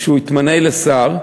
שהוא התמנה לשר,